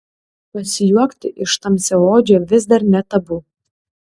pasijuokti iš tamsiaodžio vis dar ne tabu